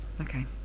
Okay